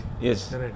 Yes